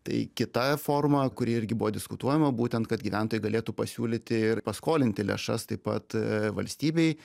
tai kita forma kuri irgi buvo diskutuojama būtent kad gyventojai galėtų pasiūlyti ir paskolinti lėšas taip pat e valstybei